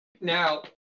now